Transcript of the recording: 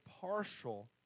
partial